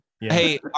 Hey